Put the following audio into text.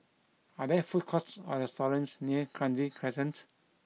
are there food courts or restaurants near Kranji Crescent